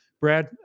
Brad